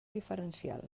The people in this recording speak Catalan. diferencial